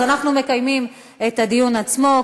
אז אנחנו מקיימים את הדיון עצמו,